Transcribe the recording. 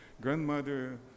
grandmother